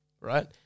right